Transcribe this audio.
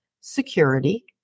security